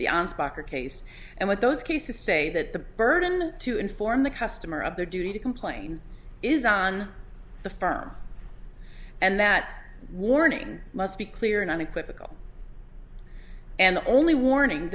case and what those cases say that the burden to inform the customer of their duty to complain is on the firm and that warning must be clear and unequivocal and the only warning